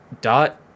Dot